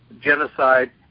genocide